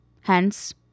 hence